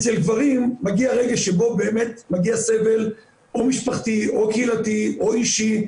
אצל גברים מגיע רגע שבו באמת מגיע סבל או משפחתי או קהילתי או אישי,